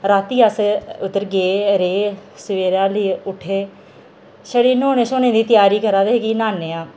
रातीं अस उद्धर गे रेह् सवेरे हल्ली उट्ठे छड़े न्होने शोहने दी त्यारी करा दे ही कि न्हाने हा